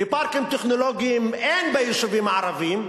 ואין פארקים טכנולוגיים ביישובים הערביים,